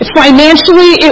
financially